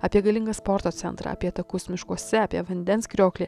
apie galingą sporto centrą apie takus miškuose apie vandens krioklį